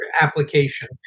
application